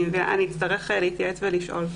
אני אצטרך להתייעץ ולשאול.